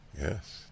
Yes